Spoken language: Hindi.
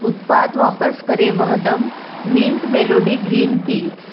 उत्पाद वापस करें Vahdam mint melody green T